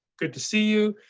good to see you.